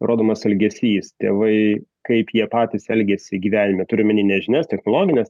rodomas elgesys tėvai kaip jie patys elgiasi gyvenime turiu omeny ne žinias technologines